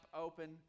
open